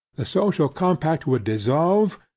the social compact would dissolve,